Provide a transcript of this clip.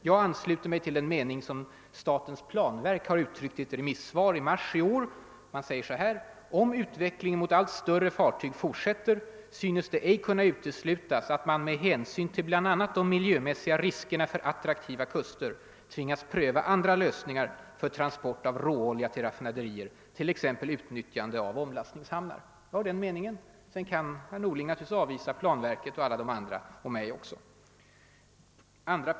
Jag ansluter mig till den mening som statens planverk uttryckt i ett remissvar i mars i år, där det heter: >Om utvecklingen mot allt större fartyg fortsätter synes det ej kunna uteslutas att man med hänsyn till bl.a. de miljömässiga riskerna för attraktiva kusier tvingas pröva andra lösningar för transport av råolja till raffinaderier — t.ex. utnyttjande av omlastningshamnar.» Jag delar den meningen. Sedan kan herr Norling naturligtvis avvisa planverket, mig och alla andra som har den uppfattningen. 2.